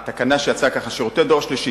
התקנה שיצאה היא זאת: שירותי הדור השלישי,